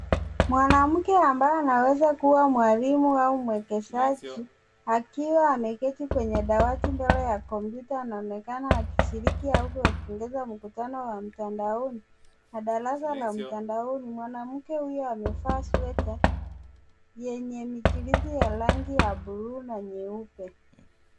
Mwanamke ambaye anaweza kuwa mwalimu au mwekezaji, akiwa ameketi kwenye dawati mbele ya kompyuta na anaonekana akishiriki au kuendeleza mkutano wa mtandaoni na darasa la mtandaoni. Mwanamke huyo amevaa sweta yenye michirizi ya bluu na nyeupe.